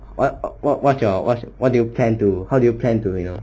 what what what's your what's your what do you plan to how do you plan to you know